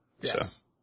Yes